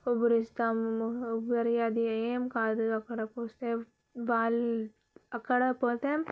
ఊపిరి పీలుస్తాము ఊపిరి అది ఏం కాదు అక్కడ చూస్తే వాల్ అక్కడ పోతే